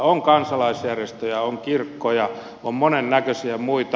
on kansalaisjärjestöjä on kirkkoja on monennäköisiä muita